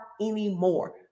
anymore